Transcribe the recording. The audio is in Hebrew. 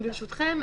ברשותכם.